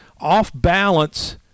off-balance